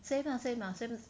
same ah same ah same